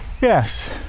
yes